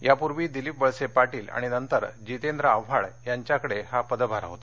यापूर्वी दिलीप वळसे पाटील आणि नंतर जितेंद्र आव्हाड यांच्याकडे हा पदभार होता